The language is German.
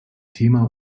thema